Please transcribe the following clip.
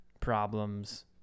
problems